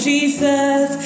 Jesus